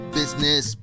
business